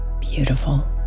beautiful